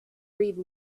read